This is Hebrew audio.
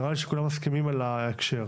נראה לי שכולם מסכימים על ההקשר.